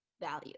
value